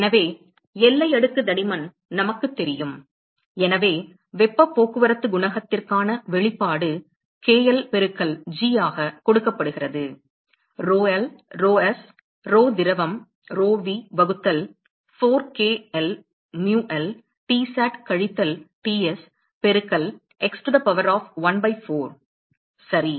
எனவே எல்லை அடுக்கு தடிமன் நமக்குத் தெரியும் எனவே வெப்பப் போக்குவரத்து குணகத்திற்கான வெளிப்பாடு k l பெருக்கல் g ஆக கொடுக்கப்படுகிறது rho l rho s rho திரவம் rho v வகுத்தல் 4 k l mu l Tsat கழித்தல் Ts பெருக்கல் x to the power of 1 by 4 சரி